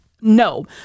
no